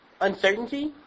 uncertainty